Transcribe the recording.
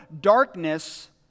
darkness